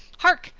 hark!